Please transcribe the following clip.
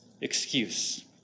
excuse